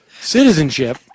citizenship